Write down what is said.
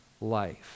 life